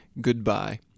goodbye